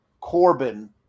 corbin